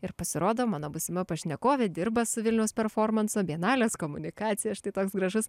ir pasirodo mano būsima pašnekovė dirba su vilniaus performanso vienalės komunikacija štai toks gražus